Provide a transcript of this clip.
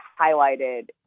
highlighted